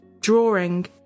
drawing